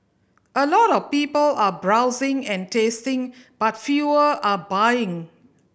a lot of people are browsing and tasting but fewer are buying